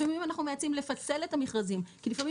לפעמים אנחנו מייעצים לפצל את המכרזים כי רוצים